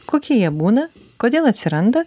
kokie jie būna kodėl atsiranda